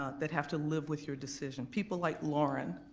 ah that have to live with your decision, people like lauren,